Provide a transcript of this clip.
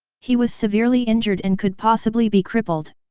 he was severely injured and could possibly be crippled.